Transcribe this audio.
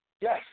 yes